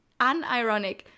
unironic